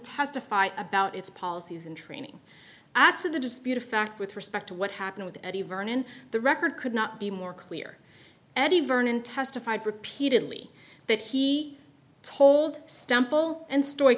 testify about its policies and training acts of the dispute a fact with respect to what happened with eddie vernon the record could not be more clear eddie vernon testified repeatedly that he told stempel and story